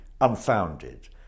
unfounded